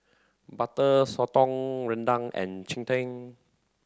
Butter Sotong Rendang and Cheng Tng